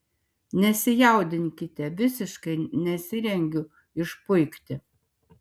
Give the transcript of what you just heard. nesijaudinkite visiškai nesirengiu išpuikti